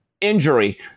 injury